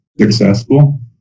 successful